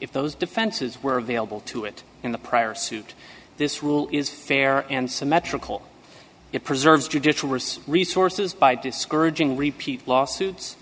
if those defenses were available to it in the prior suit this rule is fair and symmetrical it preserves judicial wrists resources by discouraging repeat lawsuits